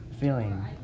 feeling